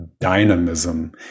dynamism